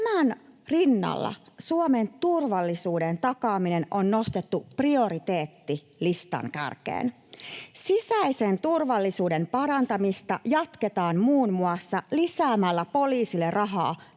Tämän rinnalla Suomen turvallisuuden takaaminen on nostettu prioriteettilistan kärkeen. Sisäisen turvallisuuden parantamista jatketaan muun muassa lisäämällä poliisille rahaa